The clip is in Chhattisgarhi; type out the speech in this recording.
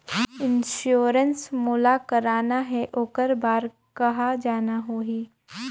इंश्योरेंस मोला कराना हे ओकर बार कहा जाना होही?